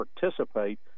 participate